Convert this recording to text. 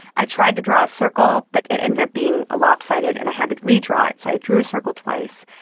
i tried to draw a circle but it ended up being ah lopsided and i had to redraw it, so i drew a circle twice.